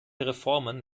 reformen